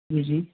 जी